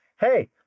hey